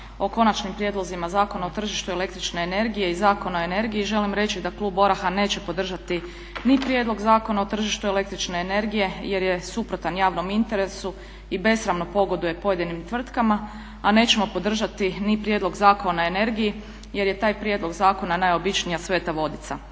o Konačnim prijedlozima Zakona o tržištu električne energije i Zakona o energiji želim reći da klub ORAH-a neće podržati ni Prijedlog zakona o tržištu električne energije, jer je suprotan javnom interesu i besramno pogoduje pojedinim tvrtkama. A nećemo podržati ni Prijedlog zakona o energiji, jer je taj prijedlog zakona najobičnija sveta vodica.